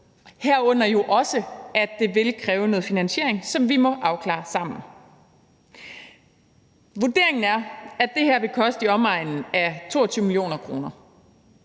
herunder også at det vil kræve noget finansiering, som vi må afklare sammen. Vurderingen er, at det her vil koste i omegnen af 22 mio. kr.